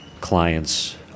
clients